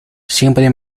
siempre